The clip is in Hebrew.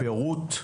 פירוט?